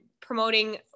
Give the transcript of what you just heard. promoting